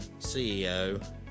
CEO